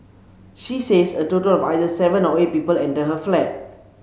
she says a total of either seven or eight people entered her flat